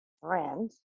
friends